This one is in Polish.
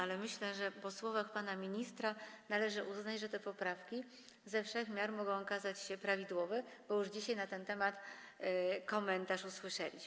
Ale myślę, że po słowach pana ministra należy uznać, że te poprawki ze wszech miar mogą okazać się prawidłowe, bo już dzisiaj usłyszeliśmy na ten temat komentarz.